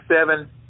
seven